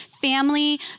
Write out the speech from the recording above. Family